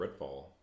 Redfall